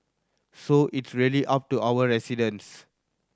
so it's really up to our residents